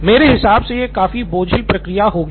मेरे हिसाब से यह काफी बोझिल प्रक्रिया होगी